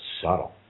subtle